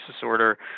disorder